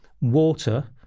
water